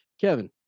Kevin